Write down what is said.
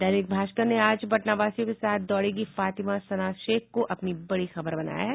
दैनिक भास्कर ने आज पटनावासियों के साथ दौड़ेंगी फातिमा सना शेख को बड़ी खबर बनाया है